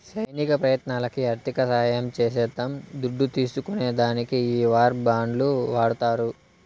సైనిక ప్రయత్నాలకి ఆర్థిక సహాయం చేసేద్దాం దుడ్డు తీస్కునే దానికి ఈ వార్ బాండ్లు వాడతారు